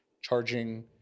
charging